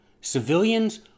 Civilians